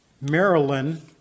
Maryland